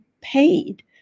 paid